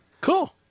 Cool